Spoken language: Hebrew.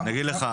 אני אגיד לך,